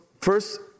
first